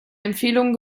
empfehlungen